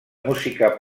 música